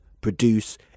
produce